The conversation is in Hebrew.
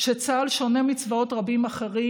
"שצה"ל שונה מצבאות רבים אחרים.